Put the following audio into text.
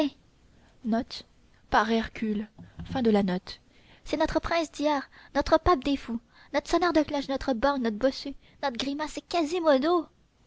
hercle c'est notre prince d'hier notre pape des fous notre sonneur de cloches notre borgne notre bossu notre grimace c'est quasimodo